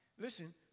listen